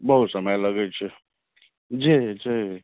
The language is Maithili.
बहुत समय लगय छै जी जी